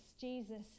Jesus